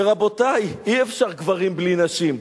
ורבותי, אי-אפשר גברים בלי נשים.